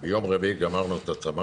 ביום רביעי גמרנו את הצמ"פ.